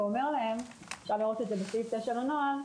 ואומר להם כפי שמופיע בסעיף 9 לנוהל,